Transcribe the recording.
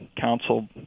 council